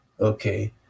okay